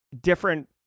different